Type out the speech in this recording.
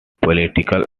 politics